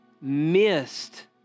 missed